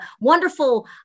wonderful